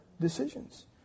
decisions